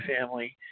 family